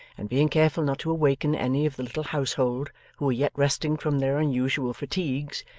and being careful not to awaken any of the little household, who were yet resting from their unusual fatigues,